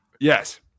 Yes